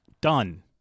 done